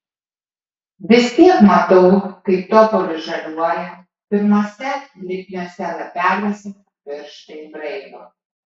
vis tiek matau kaip topolis žaliuoja pirmuose lipniuose lapeliuose pirštai braido